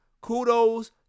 Kudos